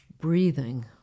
breathing